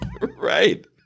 Right